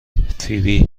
فیبی